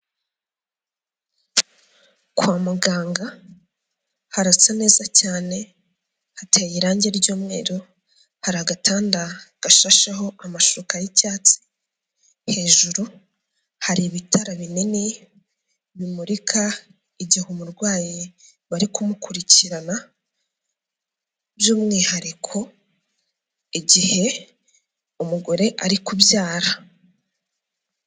Kwa muganga harasa neza cyane, hateye irangi ry'umweru, hari agatanda gashasheho amashuka y'icyatsi, hejuru hari ibitara binini bimurika igihe umurwayi bari kumukurikirana, by'umwihariko igihe umugore ari kubyara.